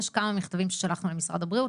יש כמה מכתבים ששלחנו משרד הבריאות,